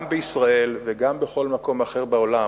גם בישראל וגם בכל מקום אחר בעולם,